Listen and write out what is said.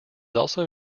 also